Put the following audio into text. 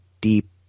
deep